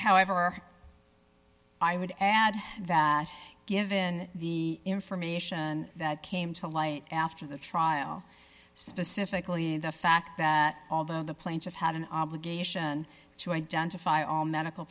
however i would add that given the information that came to light after the trial specifically the fact that although the plaintiff had an obligation to identify all medical